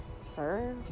sir